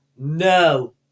no